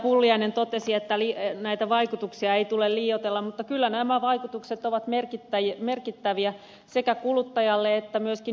pulliainen totesi että näitä vaikutuksia ei tule liioitella mutta kyllä nämä vaikutukset ovat merkittäviä sekä kuluttajalle että myöskin yhteiskunnalle